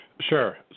Sure